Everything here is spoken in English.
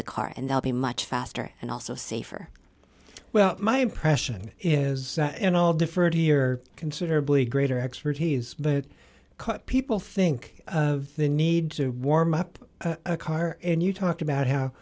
the car and they'll be much faster and also safer well my impression is in all defer to your considerably greater expertise but cut people think of the need to warm up a car and you talked about how